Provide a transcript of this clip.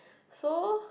so